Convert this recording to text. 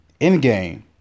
Endgame